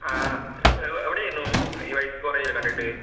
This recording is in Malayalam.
ആ എവിടെയായിരുന്നു ഈ വഴിക്ക് കുറെ ആയില്ലേ കണ്ടിട്ട്